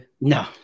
No